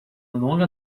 longa